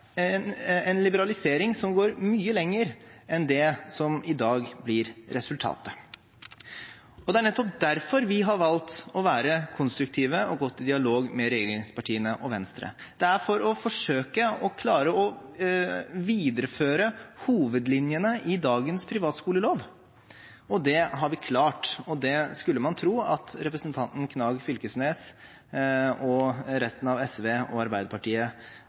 seg en liberalisering som går mye lenger enn det som i dag blir resultatet. Det er nettopp derfor vi har valgt å være konstruktive og gått i dialog med regjeringspartiene og Venstre; det er for å forsøke å klare å videreføre hovedlinjene i dagens privatskolelov, og det har vi klart, og det skulle man tro at representanten Knag Fylkesnes og resten av SV og Arbeiderpartiet